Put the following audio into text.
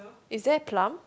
is there plum